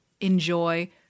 enjoy